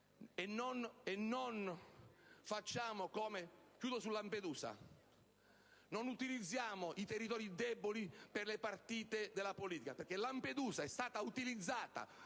Concludo con Lampedusa. Non utilizziamo i territori deboli per le partite della politica, perché Lampedusa è stata utilizzata